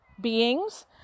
beings